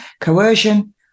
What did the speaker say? coercion